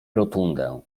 rotundę